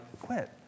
quit